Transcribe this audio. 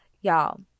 Y'all